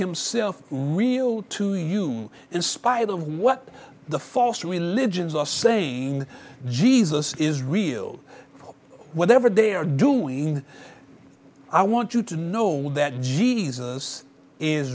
himself real to you in spite of what the false religions are saying jesus is real whatever they are doing i want you to know that jesus is